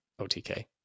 OTK